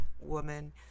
woman